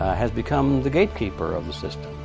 has become the gatekeeper of the system.